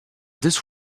this